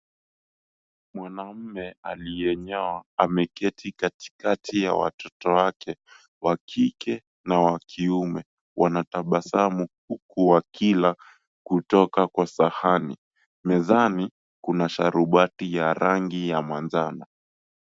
Mwanaume aliyenyoa ameketi katikati ya watoto wake wa kike na wa kiume. Wanatabasamu huku wakila kutoka kwa sahani. Mezani kuna sharubati ya rangi ya manjano.